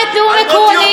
ובמקום,